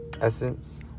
essence